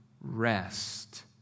rest